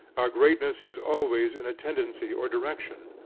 our greatness is always in a tendency or direction,